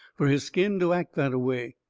fur his skin to act that-a-way.